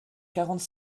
quarante